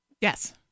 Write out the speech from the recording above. Yes